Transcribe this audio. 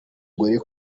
gore